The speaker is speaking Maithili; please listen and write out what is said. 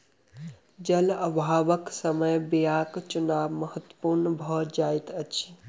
जल अभावक समय बीयाक चुनाव महत्पूर्ण भ जाइत अछि